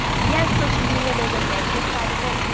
yes, social media there's a negative side of it,